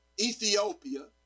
Ethiopia